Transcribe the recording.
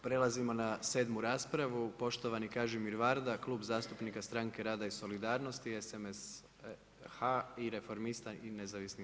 Prelazimo na 7. raspravu, poštovani Kažimir Varda, Klub zastupnika Stranke rada i solidarnosti, SMSH i Reformista i NZ.